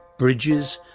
bridges,